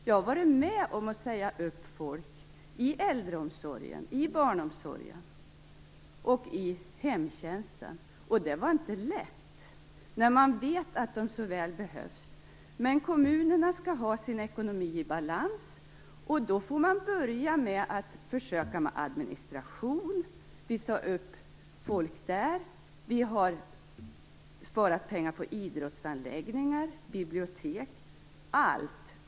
Jag har varit med om att säga upp folk i äldreomsorgen, i barnomsorgen och i hemtjänsten. Det var inte lätt, när man vet att de så väl behövs. Men kommunerna skall ha sin ekonomi i balans. Man får börja med administrationen. Vi sade upp folk där, och vi har sparat pengar på idrottsanläggningar, bibliotek - allt!